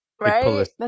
Right